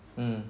mm